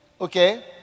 okay